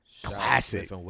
Classic